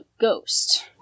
ghost